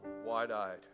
wide-eyed